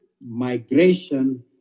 migration